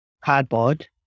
cardboard